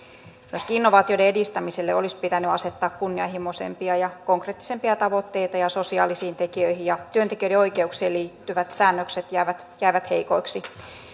myöskin innovaatioiden edistämiselle olisi pitänyt asettaa kunnianhimoisempia ja konkreettisempia tavoitteita ja sosiaalisiin tekijöihin ja työntekijöiden oikeuksiin liittyvät säännökset jäävät jäävät heikoiksi